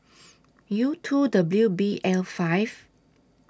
U two W B L five